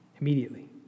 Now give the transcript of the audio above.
Immediately